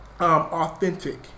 authentic